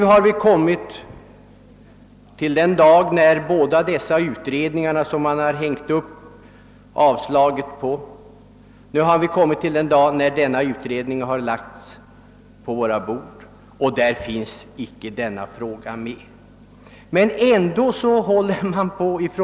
Nu har vi kommit fram till den dag då de båda utredningar, på vilka man hängt upp avstyrkandena, lagts på våra bord. Av dessa betänkanden framgår emellertid att denna fråga icke varit föremål för behandling.